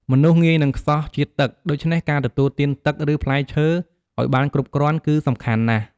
មនុស្សងាយនឹងខ្សោះជាតិទឹក ដូច្នេះការទទួលទានទឹក ឬផ្លែឈើឱ្យបានគ្រប់គ្រាន់គឺសំខាន់ណាស់។